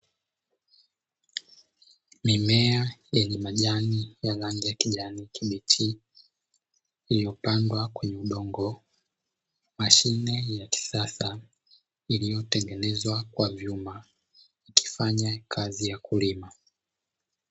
Mimea yenye majani ya rangi ya kijani kibichi, iliyopandwa kwenye udongo, mashine ya kisasa iliyotengenezwa kwa kutumia vyuma, ikifanya kazi ya kulima.